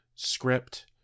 script